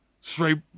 straight